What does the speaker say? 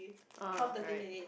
ah right